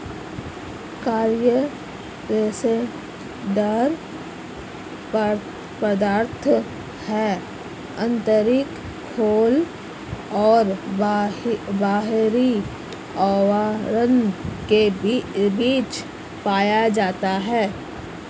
coir रेशेदार पदार्थ है आंतरिक खोल और बाहरी आवरण के बीच पाया जाता है